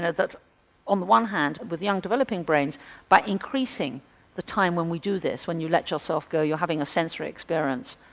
know on the one hand with young developing brains by increasing the time when we do this, when you let yourself go, you're having a sensory experience,